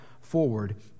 forward